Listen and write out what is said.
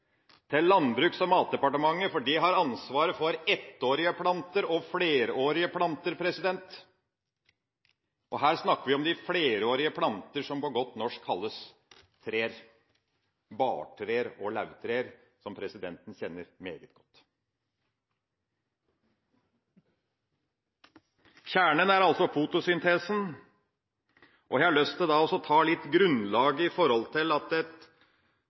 Landbruks- og matdepartementet har ansvar for ettårige planter og flerårige planter, og her snakker vi om de flerårige plantene som på godt norsk kalles trær – bartrær og lauvtrær, som presidenten kjenner meget godt. Kjernen er altså fotosyntesen. Jeg har lyst til å nevne litt av grunnlaget for at skogbruket skal være bærekraftig. Bærekraftbegrepet i skogbruket er gammelt. At